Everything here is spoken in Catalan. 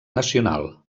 nacional